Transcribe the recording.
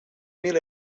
mil